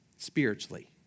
spiritually